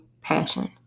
passion